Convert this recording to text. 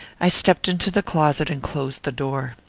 i stepped into the closet, and closed the door.